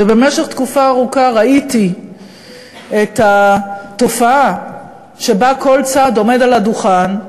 ובמשך תקופה ארוכה ראיתי את התופעה שבה כל צד עומד על הדוכן,